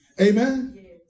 amen